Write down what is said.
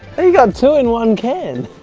there you got two in one can